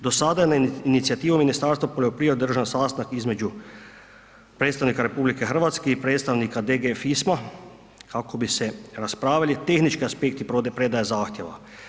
Do sada na inicijativu Ministarstva poljoprivrede održan je sastanak između predstavnika RH i predstavnika DG FISMA kako bi se raspravili tehnički aspekti prodaje, predaje zahtjeva.